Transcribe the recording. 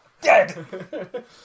dead